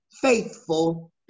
faithful